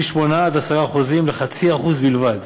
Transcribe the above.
מ-8% 10% ל-0.5% בלבד.